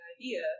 idea